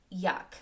yuck